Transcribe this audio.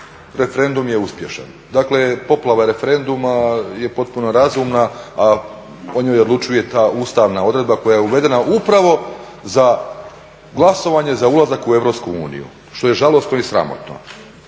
referendum je uspješan. Dakle, poplava referenduma je potpuno razumna, a o njoj odlučuje ta ustavna odredba koja je uvedena upravo za glasovanje za ulazak u EU, što je žalosno i sramotno.